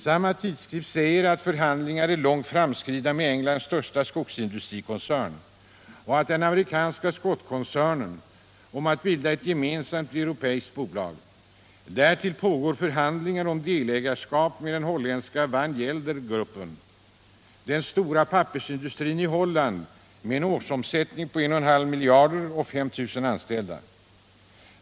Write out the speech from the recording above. Samma tidskrift säger att förhandlingar är långt framskridna med Englands största skogsindustrikoncern och den amerikanska Scottkoncernen om att bilda ett gemensamt europeiskt bolag. Därtill pågår förhandlingar om delägarskap med den holländska Van Gelder-gruppen, den stora pappersindustrin i Holland med en årsomsättning på 1,5 miljarder och 5 000 anställda.